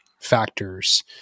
factors